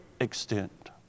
extent